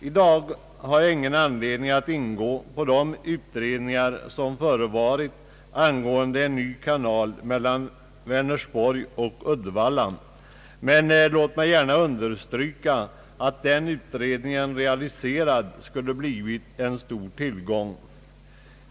I dag har jag ingen anledning att gå in på de utredningar som förevarit angående en kanal mellan Vänersborg och Uddevalla. Låt mig emellertid understryka att om dessa utredningsförslag realiserats hade mycket varit vunnet.